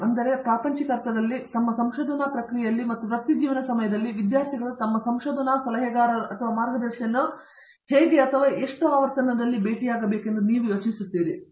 ಮತ್ತು ಆ ಸಂದರ್ಭದಲ್ಲಿ ಹೆಚ್ಚು ಪ್ರಾಪಂಚಿಕ ಅರ್ಥದಲ್ಲಿ ತಮ್ಮ ಸಂಶೋಧನಾ ಪ್ರಕ್ರಿಯೆಯಲ್ಲಿ ಮತ್ತು ವೃತ್ತಿಜೀವನದ ಸಮಯದಲ್ಲಿ ವಿದ್ಯಾರ್ಥಿಗಳು ತಮ್ಮ ಸಂಶೋಧನಾ ಸಲಹೆಗಾರರನ್ನು ಭೇಟಿಯಾಗುವುದು ಎಷ್ಟು ಸಮಯ ಎಂದು ನೀವು ಯೋಚಿಸುತ್ತೀರಿ